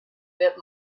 bit